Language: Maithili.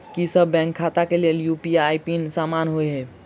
की सभ बैंक खाता केँ लेल यु.पी.आई पिन समान होइ है?